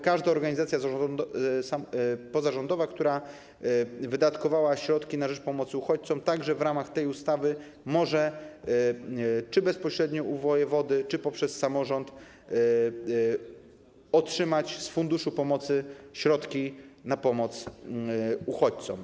Każda organizacja pozarządowa, która wydatkowała środki na rzecz pomocy uchodźcom - także w ramach tej ustawy - może bezpośrednio u wojewody czy przez samorząd otrzymać z funduszu pomocy środki na pomoc uchodźcom.